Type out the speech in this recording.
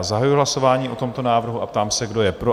Zahajuji hlasování o tomto návrhu a ptám se, kdo je pro?